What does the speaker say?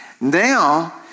now